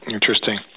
Interesting